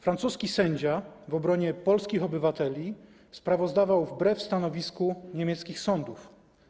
Francuski sędzia w obronie polskich obywateli sprawozdawał wbrew stanowisku niemieckich sądów.